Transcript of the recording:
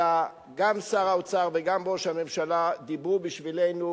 אלא גם שר האוצר וגם ראש הממשלה דיברו בשבילנו,